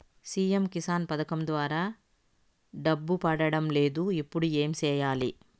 CM Kisan పథకం ద్వారా డబ్బు పడడం లేదు ఇప్పుడు ఏమి సేయాలి